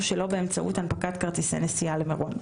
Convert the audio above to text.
שלא באמצעות הנפקת כרטיסי נסיעה למירון.